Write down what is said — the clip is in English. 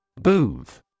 Booth